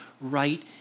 right